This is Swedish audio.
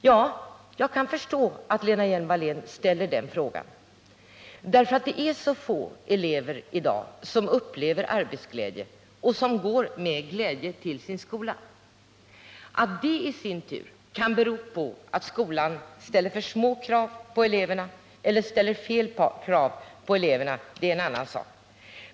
Ja, jag kan förstå att Lena Hjelm-Wallén ställer den frågan, därför att det är så få elever i dag som upplever arbetsglädje och som går med glädje till sin skola. Att det i sin tur kan bero på att skolan ställer för små krav på eleverna eller ställer fel krav på dem, det är en annan sak.